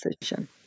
decision